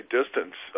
distance